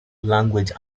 language